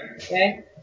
okay